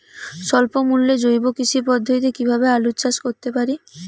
স্বল্প মূল্যে জৈব কৃষি পদ্ধতিতে কীভাবে আলুর চাষ করতে পারি?